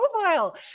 profile